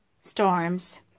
storms